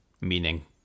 meaning